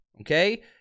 okay